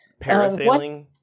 Parasailing